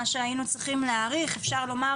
מה שהיינו צריכים להאריך אפשר לומר